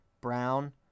Brown